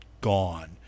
gone